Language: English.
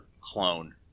clone